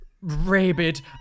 rabid